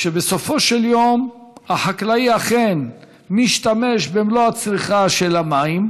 שבסופו של יום החקלאי אכן משתמש במלוא הצריכה של המים,